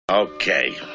Okay